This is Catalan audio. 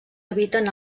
habiten